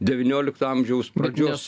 devyniolikto amžiaus pradžios